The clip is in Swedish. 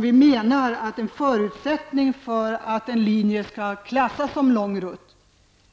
Vi anser att en förutsättning för att en linje skall klassas som lång rutt